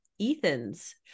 Ethan's